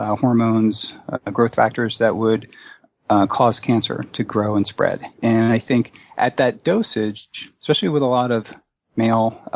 ah hormones, ah growth factors that would cause cancer to grow and spread. and i think at that dosage, especially with a lot of male